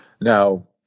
Now